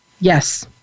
Yes